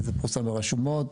זה פורסם ברשומות.